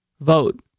Vote